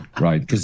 right